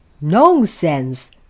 Nonsense